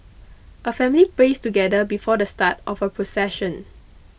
a family prays together before the start of the procession